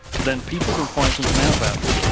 then people can find something out about you.